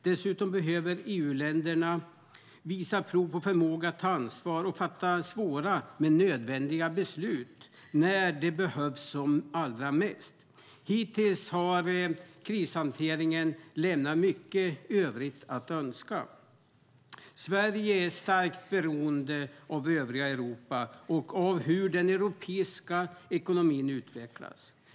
Dessutom behöver EU-länderna visa prov på förmåga att ta ansvar och fatta svåra men nödvändiga beslut när det behövs som allra mest. Hittills har krishanteringen lämnat mycket övrigt att önska. Sverige är starkt beroende av övriga Europa och av hur den europeiska ekonomin utvecklas.